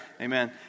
Amen